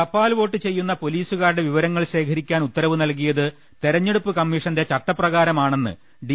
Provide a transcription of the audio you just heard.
തപാൽവോട്ട് ചെയ്യുന്ന പൊലിസുകാരുടെ വിവരങ്ങൾ ശേഖ രിക്കാൻ ഉത്തരവ് നൽകിയത് തെരഞ്ഞെടുപ്പ് കമ്മീഷന്റെ ചട്ടപ്ര കാരമാണെന്ന് ഡി